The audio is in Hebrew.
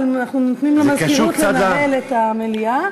אבל אנחנו נותנים למזכירות לנהל את המליאה,